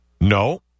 No